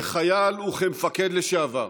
כחייל וכמפקד לשעבר,